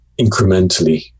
incrementally